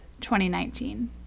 2019